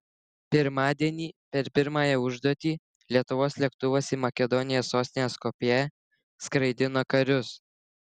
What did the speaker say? pirmadienį per pirmąją užduotį lietuvos lėktuvas į makedonijos sostinę skopję skraidino karius